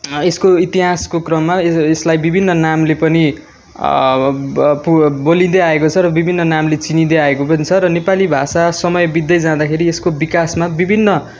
यसको इतिहासको क्रममा यसलाई विभिन्न नामले पनि अब पु बोलिँदै आएको छ र विभिन्न नामले चिनिँदै आएको पनि छ र नेपाली भाषा समय बित्दै जाँदाखेरि यसको विकासमा विभिन्न